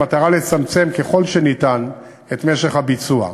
במטרה לצמצם ככל הניתן את משך הביצוע.